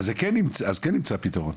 אז כן נמצא פתרון.